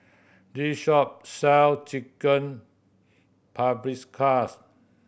this shop sell Chicken Paprikas